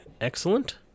excellent